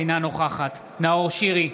אינה נוכחת נאור שירי,